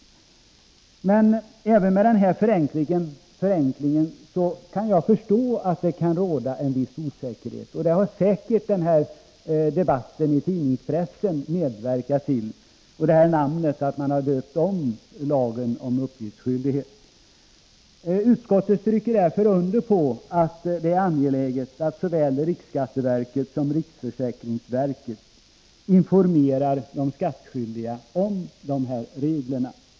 Men jag förstår att det även med denna förenkling kan råda en viss osäkerhet. Det har säkert debatten i tidningspressen medverkat till — och också det förhållandet att man har döpt om lagen om uppgiftsskyldighet. Utskottet stryker därför under att det är angeläget att såväl riksskatteverket som riksförsäkringsverket informerar de skattskyldiga om dessa regler.